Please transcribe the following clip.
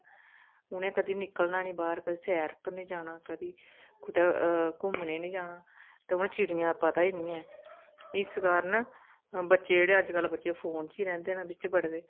उ'नें कदें निकलना नेईं बाह्र कदें सैर उप्पर निं जाना कदें कुतै घूमने नेईं जाना ते उनें चिड़ियें दा पता गै नेईं ऐ इस कारण बच्चे जेह्ड़े अज्जकल बच्चे फोन च गै रैंह्दे न बिच्च बड़े दे